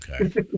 Okay